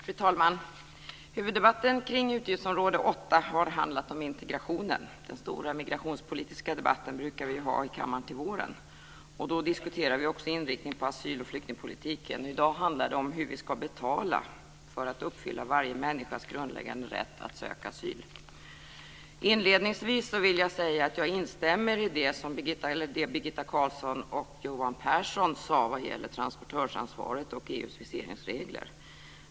Fru talman! Huvuddebatten kring utgiftsområde 8 har handlat om integrationen. Den stora migrationspolitiska debatten brukar vi ha i kammaren till våren. Då diskuterar vi också inriktningen på asyl och flyktingpolitiken. I dag handlar det om hur vi ska betala för att uppfylla varje människas grundläggande rätt att söka asyl. Inledningsvis vill jag säga att jag instämmer i det som Birgitta Carlsson och Johan Pehrson sade vad gäller transportörsansvaret och EU:s viseringsregler.